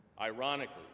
Ironically